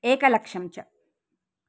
एकलक्षं च